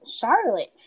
Charlotte